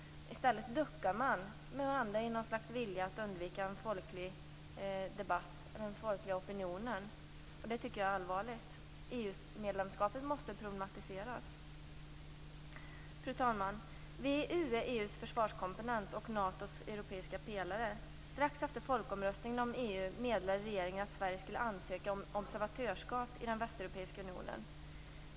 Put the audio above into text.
I stället duckar man. Det handlar här om ett slags vilja att undvika en folklig debatt, en folklig opinion. Detta tycker jag är allvarligt. EU medlemskapet måste problematiseras. Fru talman! VEU är EU:s försvarskomponent och Natos europeiska pelare. Strax efter folkomröstningen om EU meddelade regeringen att Sverige skulle ansöka om observatörskap i Västeuropeiska unionen.